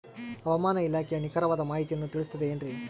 ಹವಮಾನ ಇಲಾಖೆಯ ನಿಖರವಾದ ಮಾಹಿತಿಯನ್ನ ತಿಳಿಸುತ್ತದೆ ಎನ್ರಿ?